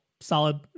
solid